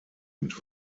mit